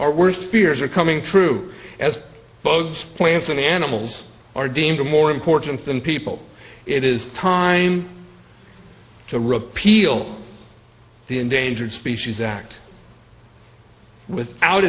our worst fears are coming true as bugs plants and animals are deemed a more important than people it is time to repeal the endangered species act with out